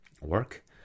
work